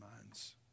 minds